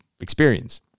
experience